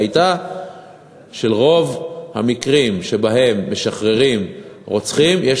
שברוב המקרים שבהם משחררים רוצחים יש